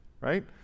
right